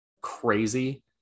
crazy